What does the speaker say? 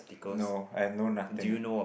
no and know nothing